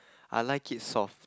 I like it soft